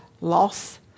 loss